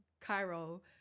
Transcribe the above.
cairo